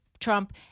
Trump